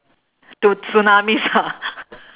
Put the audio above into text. to tsunamis ah